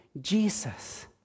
Jesus